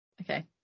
Okay